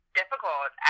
difficult